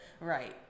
right